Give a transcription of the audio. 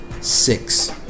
six